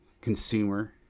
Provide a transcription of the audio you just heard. consumer